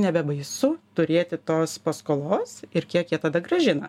nebebaisu turėti tos paskolos ir kiek jie tada grąžina